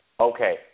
okay